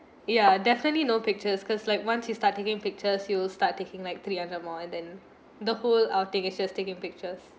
ya definitely no pictures cause like once you start taking pictures you'll start taking like three other more and then the whole outing it's just taking pictures